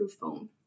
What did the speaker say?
phone